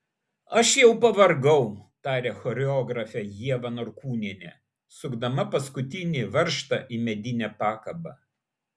aš jau pavargau tarė choreografė ieva norkūnienė sukdama paskutinį varžtą į medinę pakabą